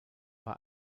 bei